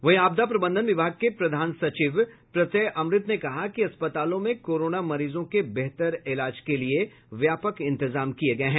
वहीं आपदा प्रबंधन विभाग के प्रधान सचिव प्रत्यय अमृत ने कहा कि अस्पतालों में कोरोना मरीजों के बेहतर इलाज के लिए व्यापक इंतजाम किये गये हैं